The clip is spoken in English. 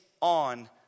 on